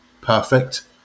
perfect